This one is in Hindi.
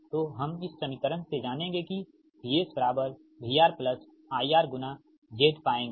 तो हम इस समीकरण से जानेंगे कि VS बराबर VR पलस IR गुना Z पाएंगे